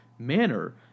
manner